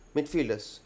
Midfielders